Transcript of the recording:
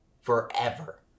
forever